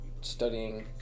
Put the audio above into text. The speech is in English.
studying